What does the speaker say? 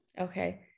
Okay